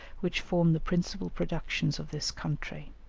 which form the principal productions of this country.